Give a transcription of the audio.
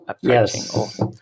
Yes